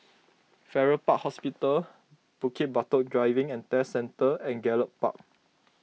Farrer Park Hospital Bukit Batok Driving and Test Centre and Gallop Park